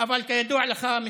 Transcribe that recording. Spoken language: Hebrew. אבל כידוע לך,